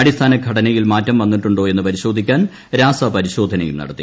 അടിസ്ഥാനഘടനയിൽ മാറും വന്നിട്ടുണ്ടോ എന്ന് പരിശോധിക്കാൻ രാസപരിശോധനയും നടത്തി